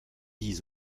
dix